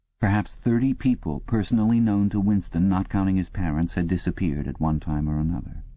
perhaps thirty people personally known to winston, not counting his parents, had disappeared at one time or another.